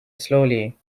slowly